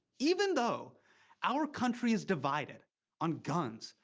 even though our country is divided on guns,